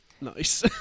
Nice